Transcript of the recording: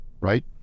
right